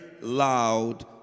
loud